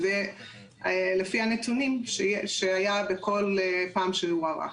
ולפי הנתונים שהיו בכל פעם שהוא הוארך.